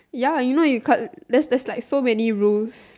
ya you know you can't there's there's like so many rules